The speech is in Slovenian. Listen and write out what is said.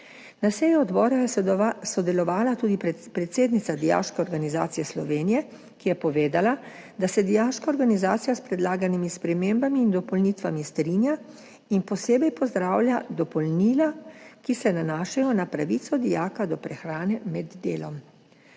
Na seji odbora je sodelovala tudi predsednica Dijaške organizacije Slovenije, ki je povedala, da se Dijaška organizacija s predlaganimi spremembami in dopolnitvami strinja in posebej pozdravlja dopolnila, ki se nanašajo na pravico dijaka do prehrane med delom.